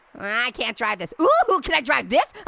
i can't drive this. oh, can i drive this?